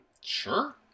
Sure